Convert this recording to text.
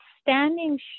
standing